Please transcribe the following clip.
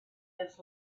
his